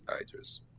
Idris